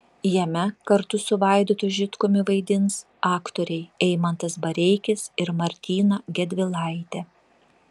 jame kartu su vaidotu žitkumi vaidins aktoriai eimantas bareikis ir martyna gedvilaitė